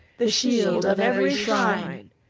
the shield of every shrine!